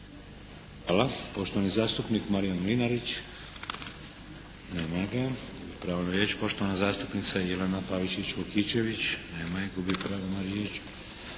Hvala. Poštovani zastupnik Marijan Mlinarić. Nema ga. Gubi pravo na riječ. Poštovana zastupnika Jelena Pavičić Vukičević. Nema je. Gubi pravo na riječ.